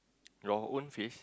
your own face